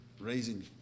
raising